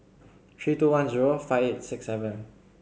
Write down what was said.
three two one zero five eight six seven